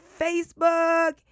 Facebook